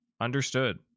Understood